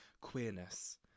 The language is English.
queerness